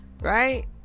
right